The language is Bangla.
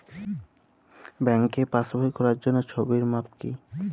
ব্যাঙ্কে পাসবই খোলার জন্য ছবির মাপ কী?